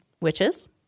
witches